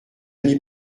n’y